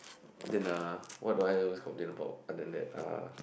then ah what do I always complain about other than that uh